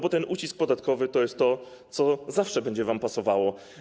Bo ten ucisk podatkowy to jest to, co zawsze wam będzie pasowało.